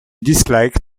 disliked